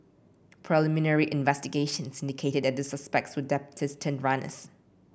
preliminary investigations indicated that the suspects were debtors turned runners